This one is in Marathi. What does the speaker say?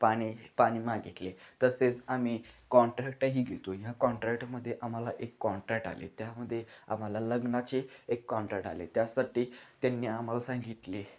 पाणी पाणी मागितले तसेच आम्ही कॉन्ट्रॅक्टही घेतो आहे ह्या कॉन्ट्रॅक्टमध्ये आम्हाला एक कॉन्ट्रॅक्ट आले त्यामध्ये आम्हाला लग्नाचे एक कॉन्ट्रॅक्ट आले त्यासाठी त्यांनी आम्हाला सांगितले